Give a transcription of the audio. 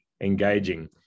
engaging